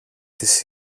της